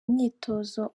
imyitozo